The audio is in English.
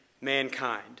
mankind